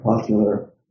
popular